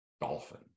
dolphin